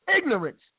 ignorance